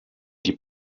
die